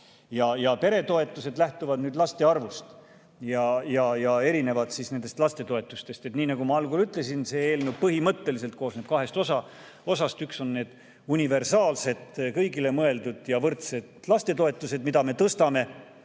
Peretoetused lähtuvad nüüd laste arvust ja erinevad nendest lastetoetustest. Nii nagu ma algul ütlesin, see eelnõu põhimõtteliselt koosneb kahest osast: üks on need universaalsed kõigile mõeldud ja võrdsed lastetoetused, mida me tõstame,